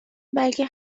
مگه